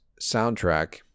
soundtrack